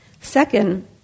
Second